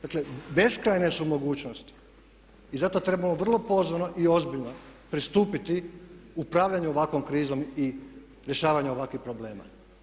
Dakle, beskrajne su mogućnosti i zato trebamo vrlo pozorno i ozbiljno pristupiti upravljanju ovakvom krizom i rješavanja ovakvih problema.